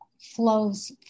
flows